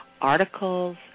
articles